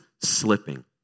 slipping